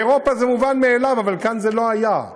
באירופה זה מובן מאליו, אבל כאן זה לא היה.